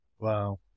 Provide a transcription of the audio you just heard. Wow